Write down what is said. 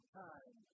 time